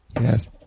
Yes